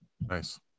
Nice